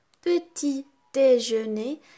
petit-déjeuner